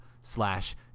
slash